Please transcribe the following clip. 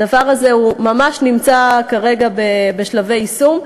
הדבר הזה ממש נמצא כרגע בשלבי יישום,